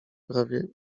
prawie